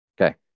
Okay